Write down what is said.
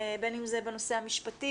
בין אם זה בנושא המשפטי,